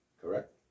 Correct